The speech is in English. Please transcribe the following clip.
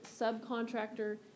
subcontractor